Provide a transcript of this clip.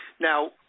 Now